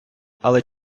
але